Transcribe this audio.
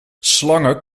slangen